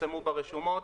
פורסמו ברשומות.